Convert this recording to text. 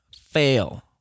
fail